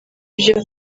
byo